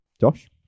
Josh